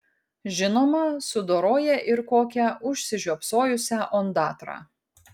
žinoma sudoroja ir kokią užsižiopsojusią ondatrą